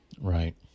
Right